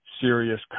serious